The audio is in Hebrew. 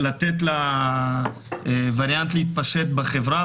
לתת לווריאנט להתפשט בחברה,